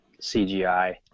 CGI